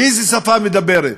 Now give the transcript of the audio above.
באיזו שפה היא מדברת?